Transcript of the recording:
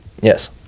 Yes